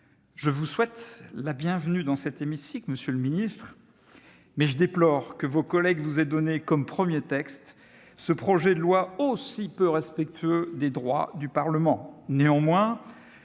Je vous souhaite la bienvenue dans cet hémicycle, ... Merci !... mais je déplore que vos collègues vous aient confié comme premier texte un projet de loi aussi peu respectueux des droits du Parlement.